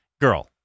girl